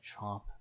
chomp